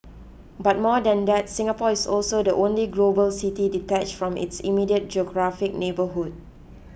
but more than that Singapore is also the only global city detached from its immediate geographic neighbourhood